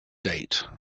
date